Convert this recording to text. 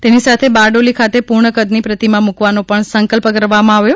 તેની સાથે બારડોલી ખાતે પૂર્ણ કદની પ્રતિમા મૂકવાનો પણ સંકલ્પ કરવામાં આવ્યો